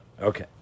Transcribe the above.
Okay